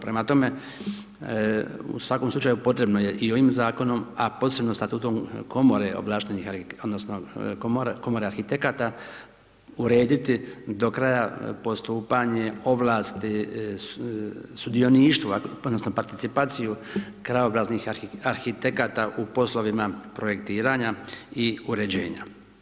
Prema tome, u svakom slučaju potrebno je i ovim zakonom, a posebno Statuom Komore ovlaštenih odnosno Komore arhitekata urediti do kraja postupanje, ovlasti, sudioništvo odnosno participaciju krajobraznih arhitekata u poslovima projektiranja i uređenja.